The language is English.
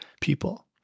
people